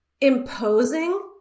imposing